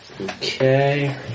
Okay